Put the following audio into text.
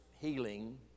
healing